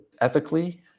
ethically